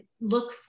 look